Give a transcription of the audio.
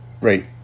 Right